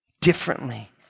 differently